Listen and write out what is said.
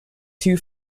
two